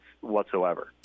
whatsoever